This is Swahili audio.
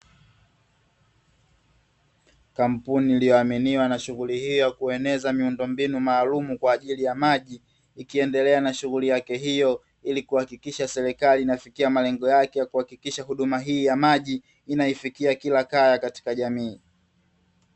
Kampuni iliyoaminiwa na shughuli hiyo ya kueneza miundombinu maalumu kwa ajili ya maji, ikiendelea na shughuli yake hiyo, ili kuhakikisha serikali inafikia malengo yake kuhakikisha huduma hii ya maji, inaifikia kila kaya katika jamii.